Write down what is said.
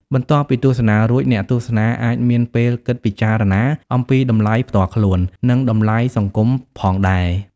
បន្ទាប់ពីទស្សនារួច អ្នកទស្សនាអាចមានពេលគិតពិចារណាអំពីតម្លៃផ្ទាល់ខ្លួន និងតម្លៃសង្គមផងដែរ។